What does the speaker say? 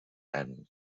and